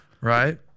right